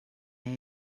they